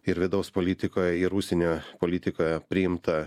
ir vidaus politikoj ir užsienio politikoje priimta